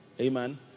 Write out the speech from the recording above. Amen